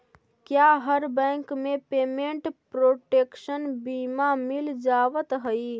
क्या हर बैंक में पेमेंट प्रोटेक्शन बीमा मिल जावत हई